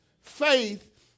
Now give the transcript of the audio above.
Faith